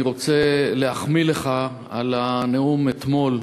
אני רוצה להחמיא לך על נאומך אתמול,